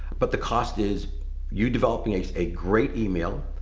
but the cost is you developing a a great email,